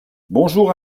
bonjour